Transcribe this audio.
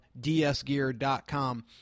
dsgear.com